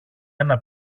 ένα